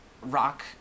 rock